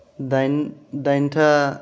दाइन दाइनथा